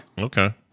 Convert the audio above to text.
Okay